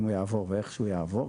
אם הוא יעבור ואיך שהוא יעבור,